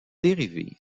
dérivées